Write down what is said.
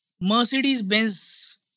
Mercedes-Benz